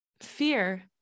fear